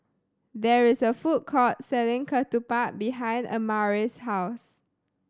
there is a food court selling Ketupat behind Amare's house